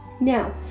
Now